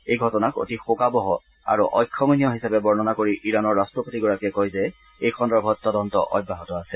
এই ঘটনাক অতি শোকাৱহ আৰু অক্ষমণীয় হিচাপে বৰ্ণনা কৰি ইৰানৰ ৰট্টপতিগৰাকীয়ে কয় যে এই সন্দৰ্ভত তদন্ত অব্যাহত আছে